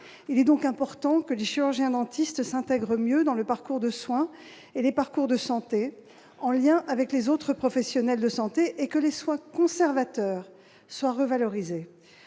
Il est donc important que les chirurgiens-dentistes s'intègrent mieux dans les parcours de soins et de santé, en lien avec les autres professionnels de santé, et que les soins conservateurs soient revalorisés.